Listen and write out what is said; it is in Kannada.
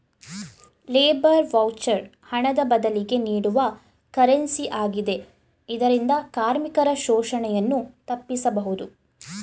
ಲೇಬರ್ ವೌಚರ್ ಹಣದ ಬದಲಿಗೆ ನೀಡುವ ಕರೆನ್ಸಿ ಆಗಿದೆ ಇದರಿಂದ ಕಾರ್ಮಿಕರ ಶೋಷಣೆಯನ್ನು ತಪ್ಪಿಸಬಹುದು